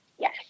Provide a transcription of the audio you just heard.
Yes